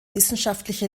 wissenschaftliche